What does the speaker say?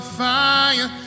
fire